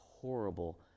horrible